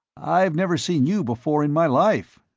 i've never seen you before in my life.